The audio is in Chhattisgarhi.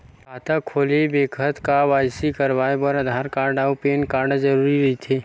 खाता खोले के बखत के.वाइ.सी कराये बर आधार कार्ड अउ पैन कार्ड जरुरी रहिथे